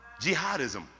Jihadism